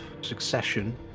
succession